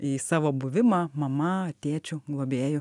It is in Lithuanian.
į savo buvimą mama tėčiu globėju